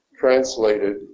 translated